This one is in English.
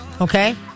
Okay